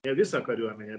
ne visą kariuomenę